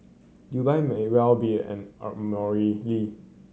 Dubai may well be an